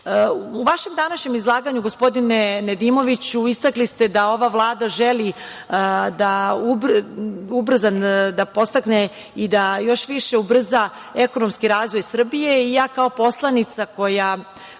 vašem današnjem izlaganju, gospodine Nedimoviću, istakli ste da ova Vlada želi ubrzano da podstakne i da još više ubrza ekonomski razvoj Srbije. Ja kao poslanica koja